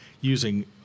using